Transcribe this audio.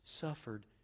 suffered